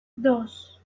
dos